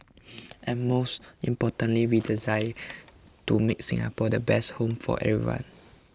and most importantly we desire to make Singapore the best home for everyone